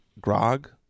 grog